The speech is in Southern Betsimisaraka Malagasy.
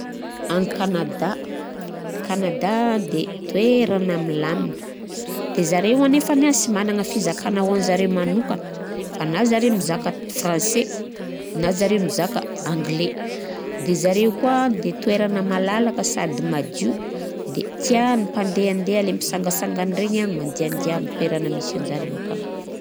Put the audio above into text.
Agny Kanada, Kanada de toerana milamina. De zareo anefany a sy managna fizakagna ho anzareo manokana, fa na zareo mizaka français na zareo mizaka anglais. De zareo koà toeragna malalaka sady madio. De tian'ny mpandehandeha lehy mpisangasangagna regny mandiàndià ami tany misy anzareo akà.